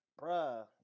bruh